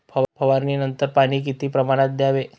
फवारणीनंतर पाणी किती प्रमाणात द्यावे?